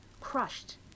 crushed